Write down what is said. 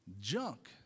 junk